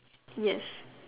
yes